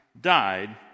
died